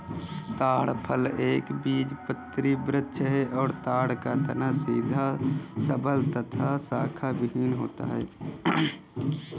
ताड़ फल एक बीजपत्री वृक्ष है और ताड़ का तना सीधा सबल तथा शाखाविहिन होता है